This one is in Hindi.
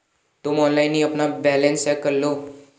तुम ऑनलाइन ही अपना बैलन्स चेक करलो